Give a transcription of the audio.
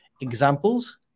examples